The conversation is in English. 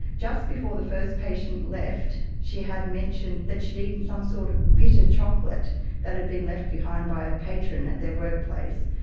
just before the first patient left, she had mentioned that she had eaten some sort of bitter chocolate that had been left behind by a patron at their workplace,